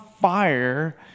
fire